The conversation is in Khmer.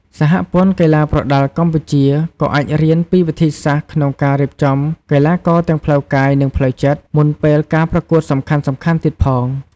សហព័ន្ធកីឡាប្រដាល់កម្ពុជា ក៏អាចរៀនពីវិធីសាស្ត្រក្នុងការរៀបចំកីឡាករទាំងផ្លូវកាយ និងផ្លូវចិត្ត មុនពេលការប្រកួតសំខាន់ៗទៀតផង។